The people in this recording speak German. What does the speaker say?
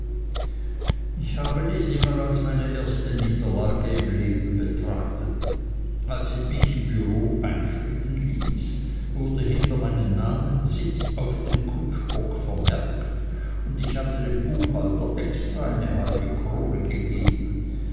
ich habe dies immer als meine erste niederlage im leben betrachtet als ich mich im bureau einschreiben ließ wurde hinter meinem namen sitz auf dem kutschbock vermerkt und ich hatte dem buchhalter extra eine halbe krone gegeben